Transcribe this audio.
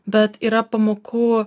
bet yra pamokų